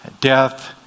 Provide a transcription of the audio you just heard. death